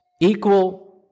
equal